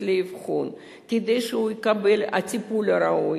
לאבחון כדי שהוא יקבל את הטיפול הראוי.